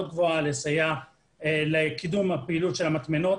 גבוהה בסיוע לקידום הפעילות של המטמנות.